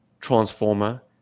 transformer